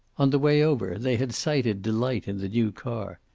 on the way over they had sighted delight in the new car.